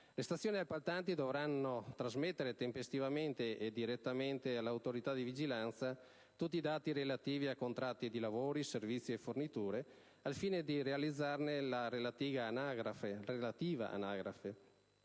Le stazioni appaltanti dovranno trasmettere, tempestivamente e direttamente all'Autorità di vigilanza, tutti i dati relativi a contratti di lavori, servizi e forniture, al fine di realizzarne la relativa anagrafe,